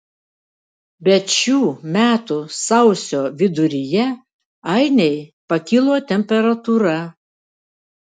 bet šių metų sausio viduryje ainei pakilo temperatūra